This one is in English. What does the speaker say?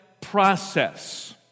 process